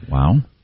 Wow